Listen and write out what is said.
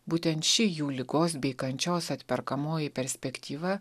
būtent ši jų ligos bei kančios atperkamoji perspektyva